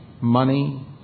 Money